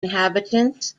inhabitants